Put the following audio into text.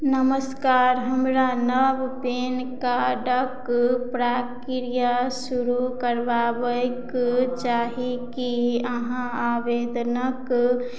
नमस्कार हमरा नव पैन कार्डक प्राक्रिया शुरू करबाबैके चाही की अहाँ आवेदनक